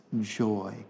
joy